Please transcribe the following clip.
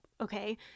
okay